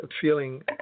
feeling